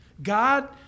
God